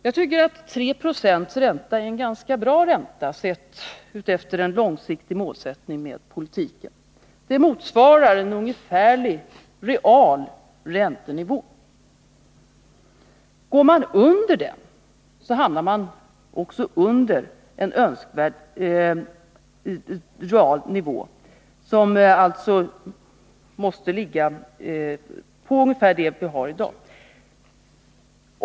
Jag tycker att 3 Z6 ränta är en ganska bra ränta i enlighet med en långsiktig målsättning med politiken. Den motsvarar ungefärligen realräntenivån. Går man under den räntesatsen, hamnar man också under en önskvärd real nivå, som alltså måste ligga på ungefär den nivå som vi har i dag.